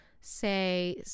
say